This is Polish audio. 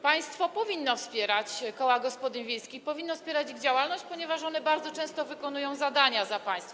Państwo powinno wspierać koła gospodyń wiejskich, powinno wspierać ich działalność, ponieważ one bardzo często wykonują zadania za państwo.